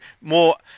more